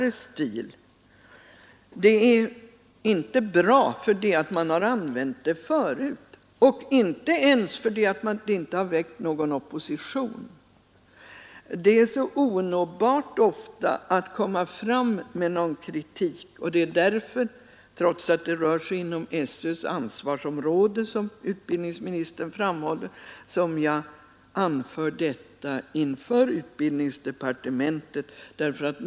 En stil är inte bra därför att man har använt den förut, inte ens därför att det inte har väckt någon opposition. Ofta är det så svårt att nå fram med någon kritik, och det är därför som jag — trots att det rör sig inom SÖ:s ansvarsområde, som utbildningsministern framhåller — anför detta inför utbildningsdepartementet.